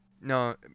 no